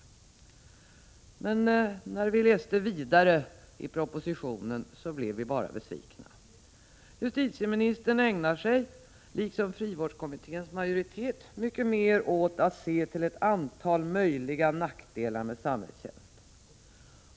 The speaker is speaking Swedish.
Men fortsättningen av läsningen gör oss bara besvikna. Justitieministern ägnar sig, liksom frivårdskommitténs majoritet, mycket mer åt att se till ett antal möjliga nackdelar med samhällstjänst.